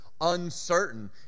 uncertain